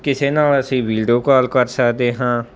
ਕਿਸੇ ਨਾਲ ਅਸੀਂ ਵੀਡੀਓ ਕਾਲ ਕਰ ਸਕਦੇ ਹਾਂ